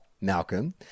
Malcolm